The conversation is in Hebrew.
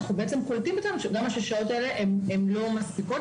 אם כן, גם 6 השעות האלה לא מספיקות.